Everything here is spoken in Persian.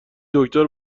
دکتر